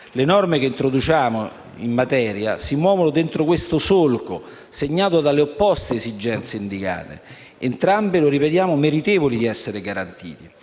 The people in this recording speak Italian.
Le norme che introduciamo in materia si muovono dentro questo solco segnato dalle opposte esigenze indicate, entrambe - lo ripetiamo - meritevoli di essere garantite.